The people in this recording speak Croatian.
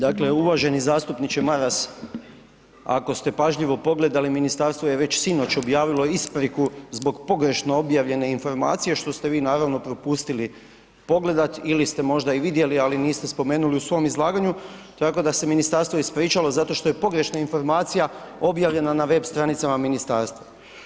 Dakle, uvaženi zastupniče Maras, ako ste pažljivo pogledali, ministarstvo je već sinoć objavilo ispriku zbog pogrešno objavljene informacije što ste vi naravno propustili pogledat ili ste možda i vidjeli niste spomenuli u svom izlaganju tako da se ministarstvo ispričalo zato što je pogrešna informacija objavljena na web stranicama ministarstva.